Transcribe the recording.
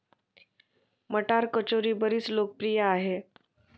मटार कचोरी बरीच लोकप्रिय आहे